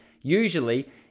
usually